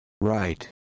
Right